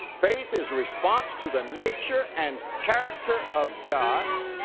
faith is a response to the nature and character of god.